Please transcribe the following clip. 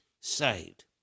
saved